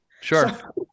Sure